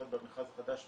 לפחות במכרז החדש,